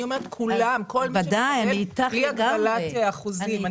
אני אומרת שכולם, כל מי שמקבל, בלי הגבלת אחוזים.